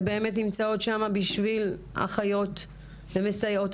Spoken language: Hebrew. ובאמת נמצאות שם בשביל אחיות ומסייעות.